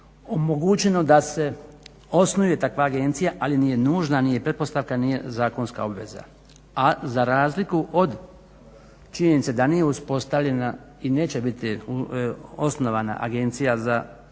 omogućeno da se osnuje takva agencija ali nije nužna, nije pretpostavka, nije zakonska obveza. A za razliku od činjenice da nije uspostavljena i neće biti osnovana Agencija za obnovljive